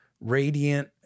radiant